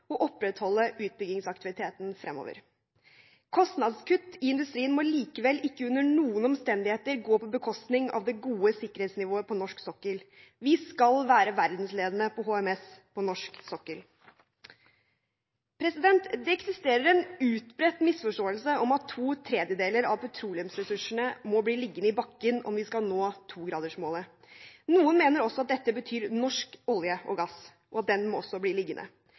og opprettholde utbyggingsaktiviteten fremover. Kostnadskutt i industrien må likevel ikke under noen omstendighet gå på bekostning av det gode sikkerhetsnivået på norsk sokkel. Vi skal være verdensledende på HMS på norsk sokkel. Det eksisterer en utbredt misforståelse om at to tredjedeler av petroleumsressursene må bli liggende i bakken om vi skal nå 2-gradersmålet. Noen mener også at dette betyr at norsk olje og gass